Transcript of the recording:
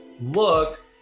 look